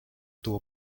tuvo